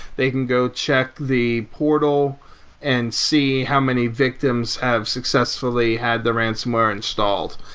they can go check the portal and see how many victims have successfully had the ransonware installed.